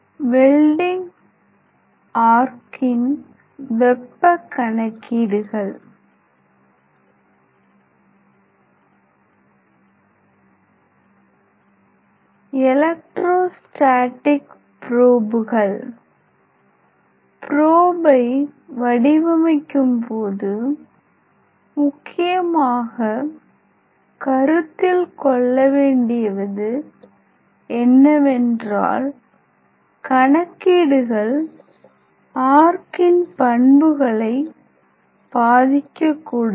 welding ஆர்க்கின் வெப்ப கணக்கீடுகள் எலெக்ட்ரோஸ்டாடிக் ப்ரொபுகள் ப்ரோபை வடிவமைக்கும்போது முக்கியமாக கருத்தில் கொள்ள வேண்டியது என்னவென்றால் கணக்கீடுகள் ஆர்க்கின் பண்புகளை பாதிக்கக்கூடாது